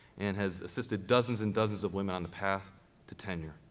and has assisted dozens and dozens of women on the path to tenure.